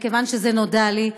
מכיוון שזה נודע לי,